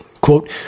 quote